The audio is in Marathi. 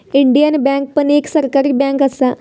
इंडियन बँक पण एक सरकारी बँक असा